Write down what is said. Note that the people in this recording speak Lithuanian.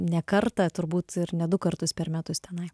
ne kartą turbūt ne du kartus per metus tenai